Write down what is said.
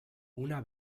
una